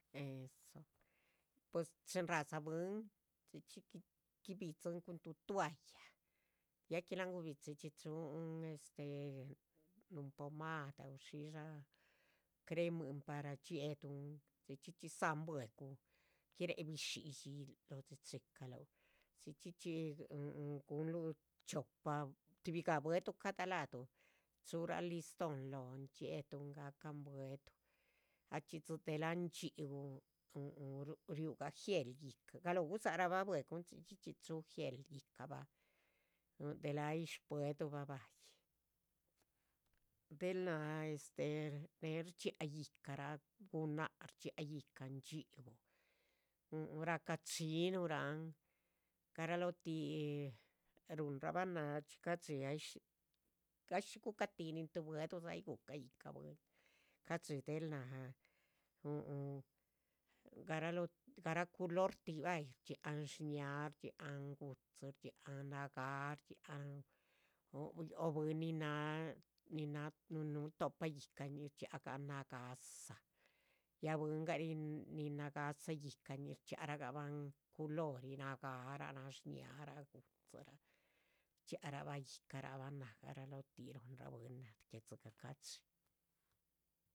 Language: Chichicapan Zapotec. Eso, pues chin ra´dza bwín chxí chxí gui bidzín cun toalla, ya que láhan gubidzí, chxí chuhun estee, núhun pomada o shidshá cremuhin para dxie´guhun, chxí chxí chxí dzáhan bue´guh giréc bishídxi yícahn dxicdxíchicaluh chxí chxí chxí gunluh chiopa, tuhbi gah bueduh cada ladu churá listón lóhon, dxiedúhn gahcan. bueduh ahchxí delah ndxhíu huhu riugah gel yíhcan, galóh gudzac rahban bue´guhm chxí chxí chxí chuhu gel yíhca bah, del ahyí shpuedubah bahyi, del náh este. rdxiáac yíhcarahba gunáhc rdxiáac yíhca ndxhíu, huhu ra´cah cha´yih chinuhrahn garalóh tih ruhunrahba náh ahchxí ca´dxi ay shí gucah tíh nin tuhbi bueduhdza. ay gu´ca yícahdzabah, ca´dxí del náha huhu gará culor tih bayih, shdxiáhan shñáah shdxiáhan gu´dzi, nagáa shdxiáhan, bwín nin náha, nin núh to´pa yíhcañih. rdxiáac gah nagáhsa, ya bwíngah nin nagáhsa, yíhcañi rchxiáarahgabahn culori nagáarah, nashñáahra, gu´dzi rah rchxiáac rahba yíhcarahba náh garalotih rúhu. bwín del dzigah ca´dxi.